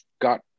got